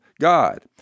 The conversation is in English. God